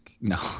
No